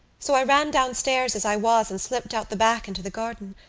so i ran downstairs as i was and slipped out the back into the garden